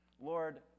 Lord